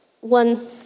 One